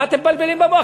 מה אתם מבלבלים במוח?